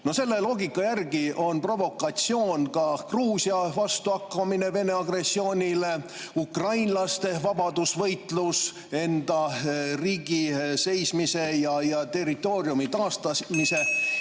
Selle loogika järgi on provokatsioon ka Gruusia vastuhakkamine Vene agressioonile, ukrainlaste vabadusvõitlus enda riigi seismise ja territooriumi taastamise